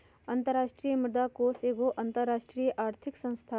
अंतरराष्ट्रीय मुद्रा कोष एगो अंतरराष्ट्रीय आर्थिक संस्था हइ